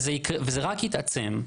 וזה רק יתעצם.